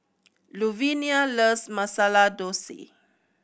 Luvinia loves Masala Dosa